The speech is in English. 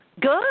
Good